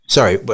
Sorry